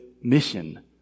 mission